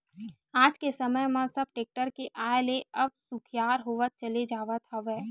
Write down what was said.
आज के समे म सब टेक्टर के आय ले अब सुखियार होवत चले जावत हवय